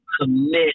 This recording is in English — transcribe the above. commit